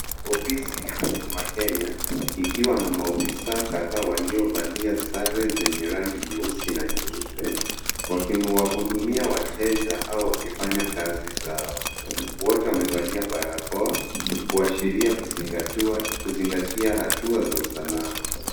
Ofisi ya Huduma Kenya ikiwa na maofisa kadhaa waliovalia sare zenye rangi nyeusi na nyeupe wakiwahudumia wateja au wakifanya kazi zao. Wote wamevalia barakoa kuashiria kuzingatia hatua za usalama.